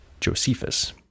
Josephus